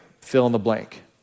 fill-in-the-blank